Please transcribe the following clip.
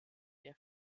der